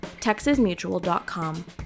texasmutual.com